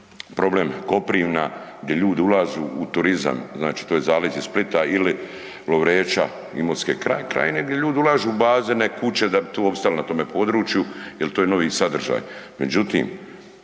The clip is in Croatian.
problem Koprivna gdje ljudi ulažu u turizam, znači to je zaleđe Splita ili Lovreča, Imotske krajine, gdje ljudi ulažu u bazene, kuće da bi tu opstali na tome području jel to je novi sadržaj.